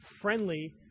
friendly